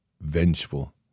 vengeful